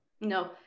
No